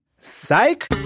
Psych